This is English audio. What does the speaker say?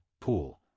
pool